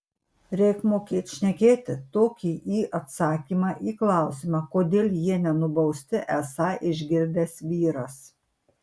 reik mokėt šnekėti tokį į atsakymą į klausimą kodėl jie nenubausti esą išgirdęs vyras